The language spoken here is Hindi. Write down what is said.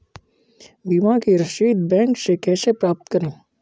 बीमा की रसीद बैंक से कैसे प्राप्त करें?